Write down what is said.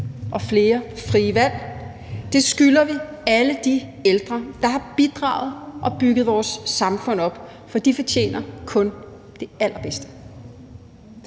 og flere frie valg. Det skylder vi alle de ældre, der har bidraget og bygget vores samfund op, for de fortjener kun det allerbedste.